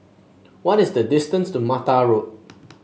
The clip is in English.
what is the distance to Mattar Road